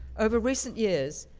over recent years,